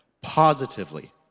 positively